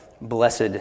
blessed